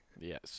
yes